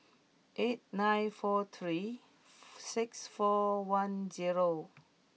eight nine four three six four one zero